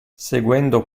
seguendo